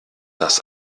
das